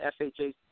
FHA